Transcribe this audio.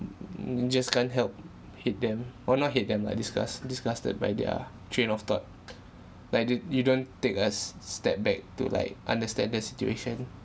mm just can't help hate them well not hate them lah disgust disgusted by their train of thought like they d~ you don't take a s~ s~ step back to like understand the situation